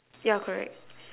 yeah correct